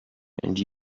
and